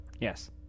Yes